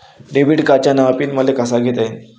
Debit कार्डचा नवा pin मले कसा घेता येईन?